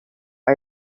are